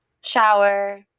shower